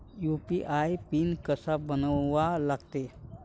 UPI PIN कसा बनवा लागते?